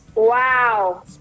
Wow